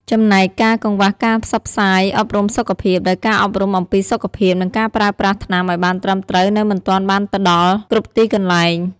ចំណែកការកង្វះការផ្សព្វផ្សាយអប់រំសុខភាព ដោយការអប់រំអំពីសុខភាព និងការប្រើប្រាស់ថ្នាំឱ្យបានត្រឹមត្រូវនៅមិនទាន់បានទៅដល់គ្រប់ទីកន្លែង ។